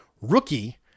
rookie